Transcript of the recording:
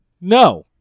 No